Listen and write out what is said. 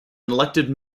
elected